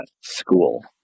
school